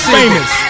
famous